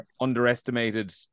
underestimated